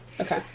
Okay